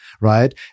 right